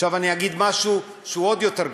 עכשיו אני אגיד משהו שהוא עוד יותר גרוע: